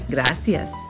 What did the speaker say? Gracias